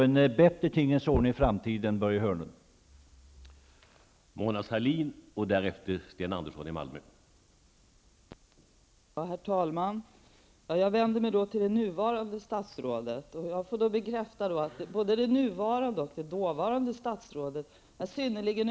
En bättre tingens ordning i framtiden, Börje Hörnlund!